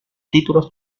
títulos